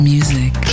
Music